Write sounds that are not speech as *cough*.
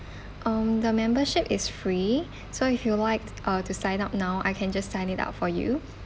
*breath* um the membership is free so if you'd like uh to sign up now I can just sign it up for you